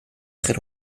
très